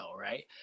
right